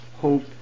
hope